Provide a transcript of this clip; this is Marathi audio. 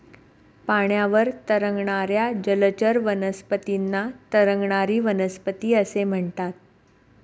पाण्यावर तरंगणाऱ्या जलचर वनस्पतींना तरंगणारी वनस्पती असे म्हणतात